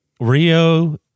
Rio